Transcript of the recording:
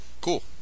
Cool